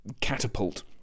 catapult